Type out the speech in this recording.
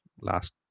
last